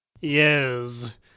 Yes